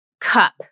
cup